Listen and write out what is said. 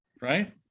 right